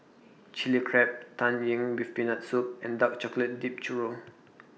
Chili Crab Tang Yuen with Peanut Soup and Dark Chocolate Dipped Churro